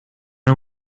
are